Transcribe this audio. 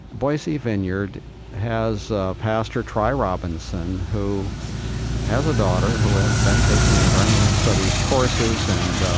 boise vineyard has pastor tri robinson who has a daughter who had been taking environmental studies courses and